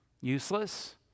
Useless